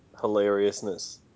hilariousness